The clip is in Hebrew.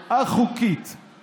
נכון, חבר הכנסת אמסלם.